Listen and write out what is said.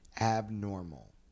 abnormal